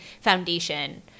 foundation